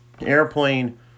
airplane